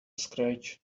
scratch